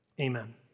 amen